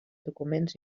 documents